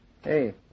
Hey